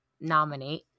nominate